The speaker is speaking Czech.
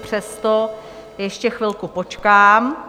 Přesto ještě chvilku počkám.